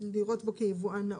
לראות בו כיבואן נאות.